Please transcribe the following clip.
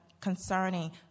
concerning